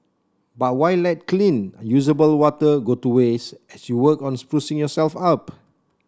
but why let clean usable water go to waste as you work on sprucing yourself up